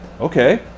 okay